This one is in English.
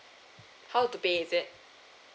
how to pay is it